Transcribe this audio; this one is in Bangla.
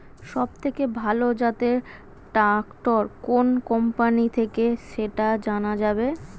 সবথেকে ভালো জাতের ট্রাক্টর কোন কোম্পানি থেকে সেটা জানা যাবে?